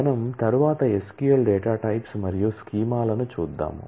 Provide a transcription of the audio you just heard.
మనం తర్వాత SQL data types మరియు స్కీమాలను చూద్దాం